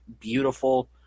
beautiful